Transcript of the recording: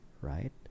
right